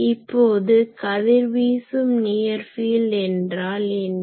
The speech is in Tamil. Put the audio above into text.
இப்போது கதிர்வீசும் நியர் ஃபீல்ட் என்றால் என்ன